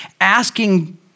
asking